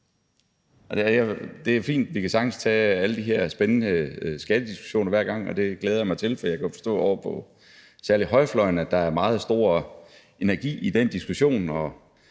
det handler om. Vi kan sagtens tage alle de her spændende skattediskussioner hver gang, og det glæder jeg mig til, for jeg kan forstå, at der særlig ovre på højrefløjen er stor energi i den diskussion,